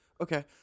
Okay